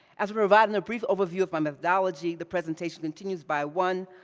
after providing a brief overview of my methodology, the presentation continues by one,